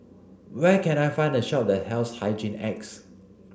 where can I find a shop that sells Hygin X